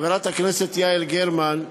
חברת הכנסת יעל גרמן,